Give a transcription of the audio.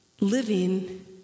living